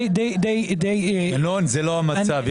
ינון, זה לא המצב.